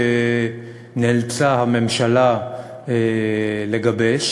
וקריטריונים שנאלצה הממשלה לגבש,